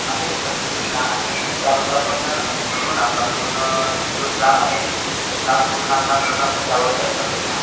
आजच पर्सनली भेटा आणि त्याबद्दल आपण मिळून आपला पूर्ण जो स्टाफ आहे तो स्टाफ पूर्ण आपला मिळून आपण त्यावर चर्चा करूया